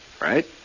right